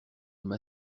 homme